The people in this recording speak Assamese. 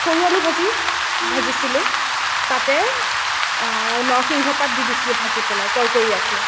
সৰু আলু ভাজি ভাজিছিলোঁ তাতে নৰসিংহ পাত দি দিছিলোঁ ভাজি পেলাই কৰকৰীয়াকৈ